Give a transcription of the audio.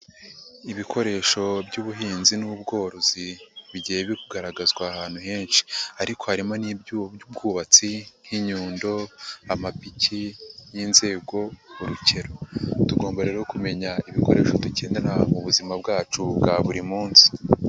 Ibikoresho by'ubuhinzi n'ubworozi bigiye biri kugaragazwa ahantu henshi, ariko harimo n'ibyuma by'ubwubatsi nk'inyundo, amapiki n'inzego, urukero, tugomba rero kumenya ibikoresho tugendana mu buzima bwacu bwa buri munsi.